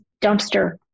dumpster